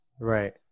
Right